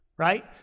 right